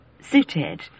suited